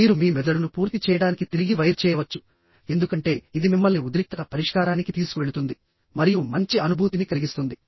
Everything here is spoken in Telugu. మీరు మీ మెదడును పూర్తి చేయడానికి తిరిగి వైర్ చేయవచ్చు ఎందుకంటే ఇది మిమ్మల్ని ఉద్రిక్తత పరిష్కారానికి తీసుకువెళుతుంది మరియు మంచి అనుభూతిని కలిగిస్తుంది